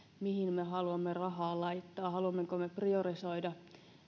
mihin me haluamme rahaa laittaa haluammeko me priorisoida